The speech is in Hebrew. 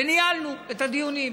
וניהלנו את הדיונים.